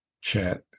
chat